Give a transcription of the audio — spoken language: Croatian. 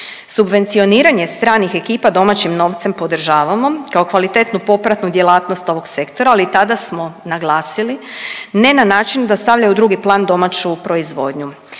Subvencioniranje stranih ekipa domaćim novcem podržavamo kao kvalitetnu popratnu djelatnost ovog sektora, ali i tada smo naglasili ne na način da stavlja u drugi plan domaću proizvodnju,